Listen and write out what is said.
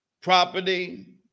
property